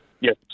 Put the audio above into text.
Yes